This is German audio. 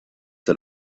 der